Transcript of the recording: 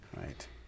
Right